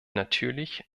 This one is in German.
natürlich